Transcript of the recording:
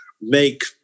make